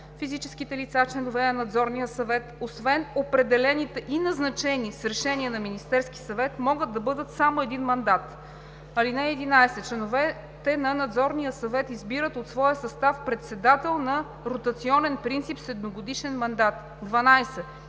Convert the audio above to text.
Физическите лица, членове на Надзорния съвет, освен определените и назначени с решение на Министерския съвет, могат да бъдат само един мандат. (11) Членовете на Надзорния съвет избират от своя състав председател на ротационен принцип, с едногодишен мандат. (12)